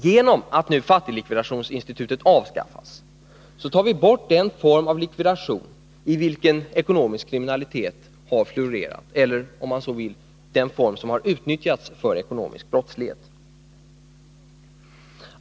Genom att nu fattiglikvidationsinstitutet avskaffas tar vi bort den form av likvidation i vilken ekonomisk kriminalitet har florerat eller, om man så vill, den form som har utnyttjats för ekonomisk brottslighet.